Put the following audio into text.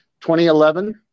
2011